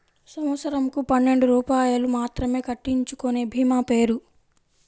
సంవత్సరంకు పన్నెండు రూపాయలు మాత్రమే కట్టించుకొనే భీమా పేరు?